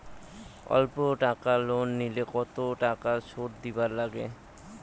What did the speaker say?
অল্প টাকা লোন নিলে কতো টাকা শুধ দিবার লাগে?